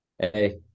Hey